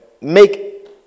make